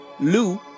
Lou